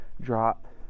drop